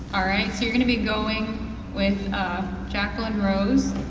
alright, so you're going to be going with jacqueline rose,